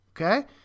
Okay